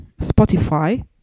Spotify